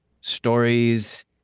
stories